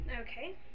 Okay